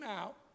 out